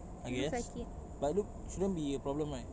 I guess but it look shouldn't be a problem right